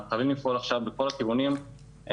אנחנו חייבים לפעול עכשיו בכל הכיוונים וזה